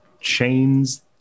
chains